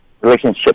relationship